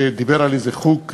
שדיבר על איזה חוג,